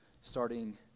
starting